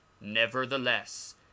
nevertheless